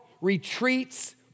retreats